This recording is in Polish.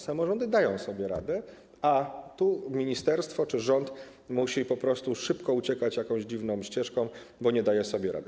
Samorządy dają sobie radę, a tu ministerstwo czy rząd musi po prostu szybko uciekać jakąś dziwną ścieżką, bo nie daje sobie rady.